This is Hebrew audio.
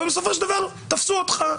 אבל בסופו של דבר תפסו אותך.